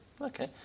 Okay